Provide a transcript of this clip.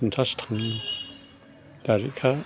पनसास थाङो दारिखा